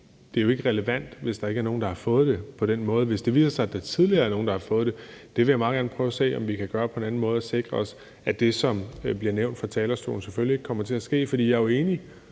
at det jo ikke er relevant, hvis der ikke er nogen, der har fået det på den måde. Hvis det viser sig, at der tidligere er nogen, der har fået det, så vil jeg meget gerne prøve at se, om vi kan gøre på en anden måde og sikre os, at det, som bliver nævnt fra talerstolen, selvfølgelig ikke kommer til at ske. For jeg er jo